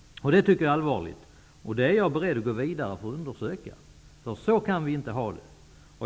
Detta tycker jag är allvarligt, och med det är jag beredd att gå vidare för att undersöka, därför att så kan vi inte ha det.